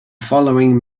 following